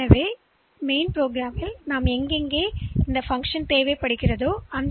எனவே இந்தநாங்கள் திட்டத்தில்பல இடங்களில் இந்த சிறிய வழக்கத்தை பயன்படுத்த விரும்புகிறேன்